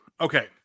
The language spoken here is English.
okay